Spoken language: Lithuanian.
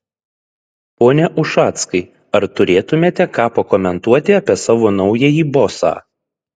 pone ušackai ar turėtumėte ką pakomentuoti apie savo naująjį bosą